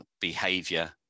behavior